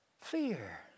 Fear